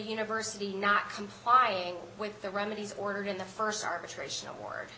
university not complying with the remedies ordered in the st arbitration award